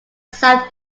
south